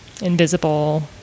invisible